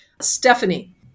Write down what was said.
Stephanie